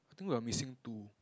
I think we're missing two